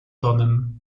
tonem